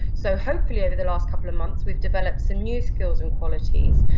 so hopefully over the last couple of months we've developed some new skills and qualities,